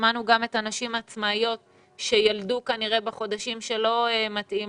שמענו גם את הנשים העצמאיות שילדו כנראה בחודשים שלא מתאימים